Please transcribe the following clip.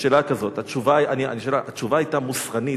השאלה היא כזאת: התשובה היתה מוסרנית.